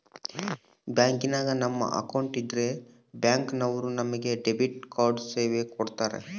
ಬ್ಯಾಂಕಿನಾಗ ನಮ್ಮ ಅಕೌಂಟ್ ಇದ್ರೆ ಬ್ಯಾಂಕ್ ನವರು ನಮಗೆ ಡೆಬಿಟ್ ಕಾರ್ಡ್ ಸೇವೆ ಕೊಡ್ತರ